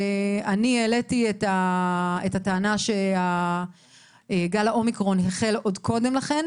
ואני העליתי את הטענה שגל האומיקרון החל עוד קודם לכן,